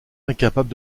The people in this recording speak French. incapable